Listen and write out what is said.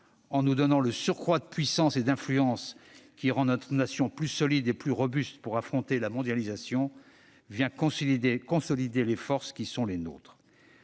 en nous donnant le surcroît de puissance et d'influence qui rend notre nation plus solide et plus robuste pour affronter la mondialisation, vient consolider les forces qui sont les nôtres.